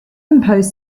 impose